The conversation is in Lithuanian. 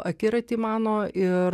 akiratį mano ir